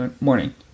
morning